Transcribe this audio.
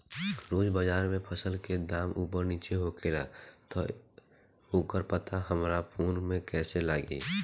रोज़ बाज़ार मे फसल के दाम ऊपर नीचे होखेला त ओकर पता हमरा फोन मे कैसे लागी?